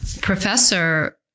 professor